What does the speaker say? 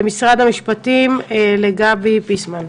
למשרד המשפטים, גבי פיסמן.